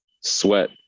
sweat